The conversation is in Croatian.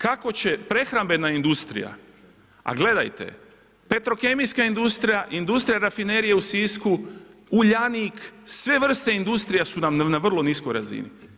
Kako će prehrambena industrija, a gledajte, petrokemijska industrija, industrija rafinerije u Sisku, Uljanik, sve vrste industrija su nam na vrlo niskoj razini.